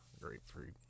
grapefruit